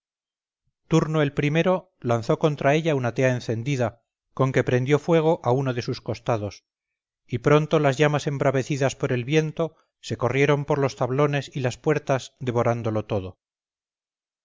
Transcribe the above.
turno el primero lanzó contra ella una tea encendida con que prendió fuego a uno de sus costados y pronto las llamas embravecidas por el viento se corrieron por los tablones y las puertas devorándolo todo